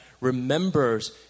remembers